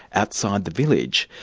outside the village.